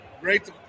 Great